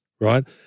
right